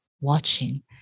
watching